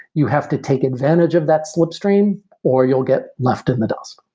you have to take advantage of that slipstream or you'll get left in the dust.